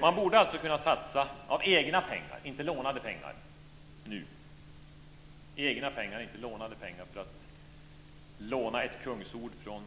Man borde alltså nu kunna satsa av egna pengar, inte lånade pengar - för att låna ett kungsord från